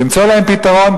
למצוא להם פתרון,